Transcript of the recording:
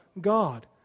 God